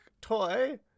toy